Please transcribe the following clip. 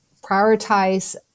prioritize